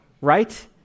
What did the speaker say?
Right